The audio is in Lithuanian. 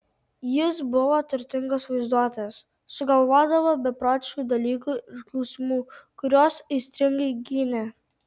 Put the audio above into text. jis buvo turtingos vaizduotės sugalvodavo beprotiškų dalykų ir klausimų kuriuos aistringai gynė